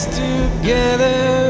together